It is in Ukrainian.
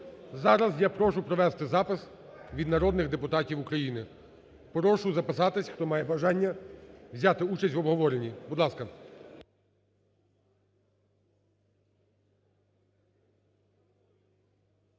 Зараз я прошу провести запис від народних депутатів України. Прошу записатись, хто має бажання взяти участь в обговоренні. Будь ласка.